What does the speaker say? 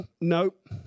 Nope